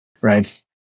right